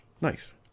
Nice